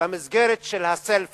במסגרת של ה-self reference,